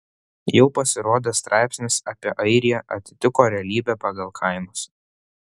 jau pasirodęs straipsnis apie airiją atitiko realybę pagal kainas